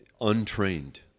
untrained